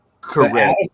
correct